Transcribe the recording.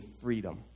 freedom